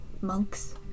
monks